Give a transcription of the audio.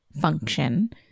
function